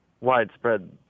widespread